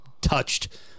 touched